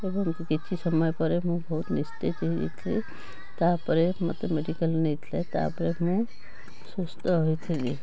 ଏବଂ କିଛି ସମୟ ପରେ ମୁଁ ବହୁତ ନିସ୍ତେଜ ହେଇଯାଇଥିଲି ତାପରେ ମତେ ମେଡ଼ିକାଲ ନେଇଥିଲେ ତାପରେ ମୁଁ ସୁସ୍ଥ ହୋଇଥିଲି